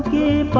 e